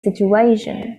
situation